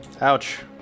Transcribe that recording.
Ouch